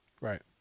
Right